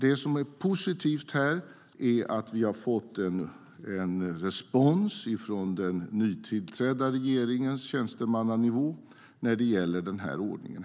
Det som är positivt är att vi har fått en respons från den nytillträdda regeringens tjänstemannanivå när det gäller den här ordningen.